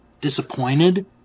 disappointed